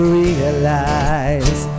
realize